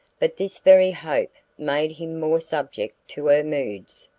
but this very hope made him more subject to her moods,